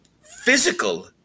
physical